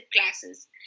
classes